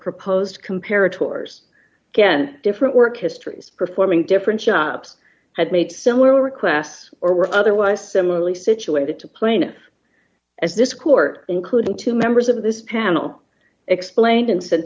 proposed compared to ours again different work histories performing different jobs had made similar requests or were otherwise similarly situated to plaintiff as this court including two members of this panel explained and said